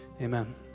amen